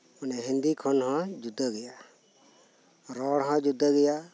ᱚᱱᱮ ᱦᱤᱱᱫᱤ ᱠᱷᱚᱱ ᱦᱚᱸ ᱡᱩᱫᱟᱹᱜᱮᱭᱟ ᱨᱚᱲᱦᱚᱸ ᱡᱩᱫᱟᱹᱜᱮᱭᱟ